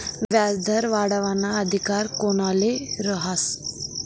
व्याजदर वाढावाना अधिकार कोनले रहास?